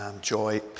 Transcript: joy